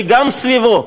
שגם סביבו,